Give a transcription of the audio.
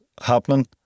happening